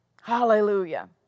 Hallelujah